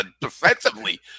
Defensively